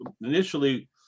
initially